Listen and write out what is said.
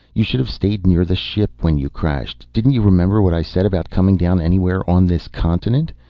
you should have stayed near the ship when you crashed. didn't you remember what i said about coming down anywhere on this continent?